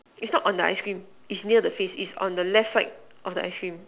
is not on the ice cream is near the face is on the left side of the ice cream